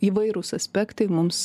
įvairūs aspektai mums